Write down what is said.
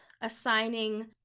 assigning